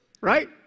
Right